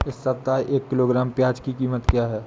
इस सप्ताह एक किलोग्राम प्याज की कीमत क्या है?